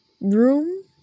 room